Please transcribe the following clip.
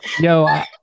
No